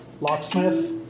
Locksmith